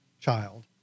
child